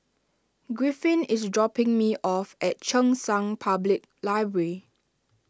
Griffin is dropping me off at Cheng San Public Library